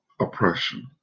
oppression